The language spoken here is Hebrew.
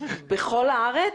בכל הארץ?